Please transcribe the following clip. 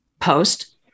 post